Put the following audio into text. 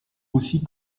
aussi